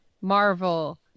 Marvel